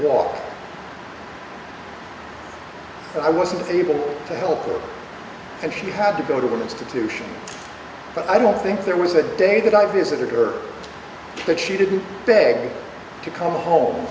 walk i wasn't able to help her and she had to go to an institution but i don't think there was a day that i visited her that she didn't beg to come home